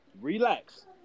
Relax